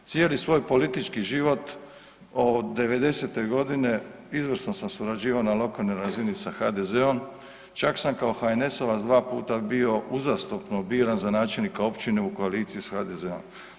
Cijeli svoj politički život od 90-e godine izvrsno sam surađivao na lokalnoj razini sa HDZ-om, čak sam kao HNS-ovac 2 puta bio uzastopno biran za načelnika općine u koaliciji s HDZ-om.